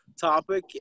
topic